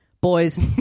Boys